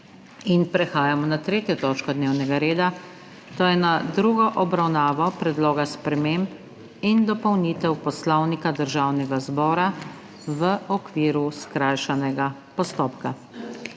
prekinjeno **3. točko dnevnega reda, to je s tretjo obravnavo Predloga sprememb in dopolnitev Poslovnika Državnega zbora v okviru skrajšanega postopka**.